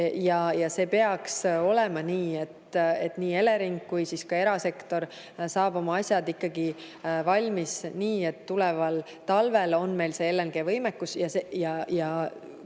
See peaks olema nii, et nii Elering kui ka erasektor saab oma asjad valmis, nii et tuleval talvel on meil see LNG-võimekus. Kui